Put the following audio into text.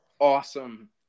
awesome